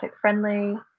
friendly